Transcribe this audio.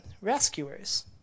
rescuers